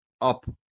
up